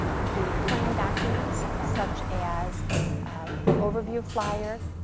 the plan documents, such as the overview flyer,